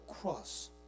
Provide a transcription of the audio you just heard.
cross